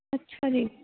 ਅੱਛਾ ਜੀ